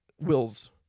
wills